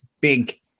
big